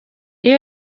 iyo